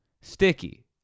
Sticky